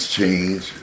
change